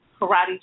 karate